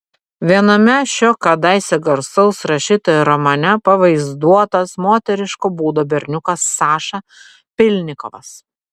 viename šio kadaise garsaus rašytojo romane pavaizduotas moteriško būdo berniukas saša pylnikovas